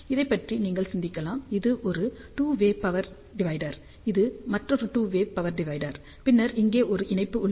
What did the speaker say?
இதைப் பற்றி நீங்கள் சிந்திக்கலாம் இது ஒரு டூ வே பவர் டிவைடர் இது மற்றொரு டூ வே பவர் டிவைடர் பின்னர் இங்கே ஒரு இணைப்பு உள்ளது